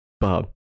bob